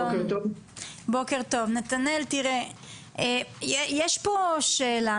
נתנאל בוקר טוב, תראה יש פה שאלה.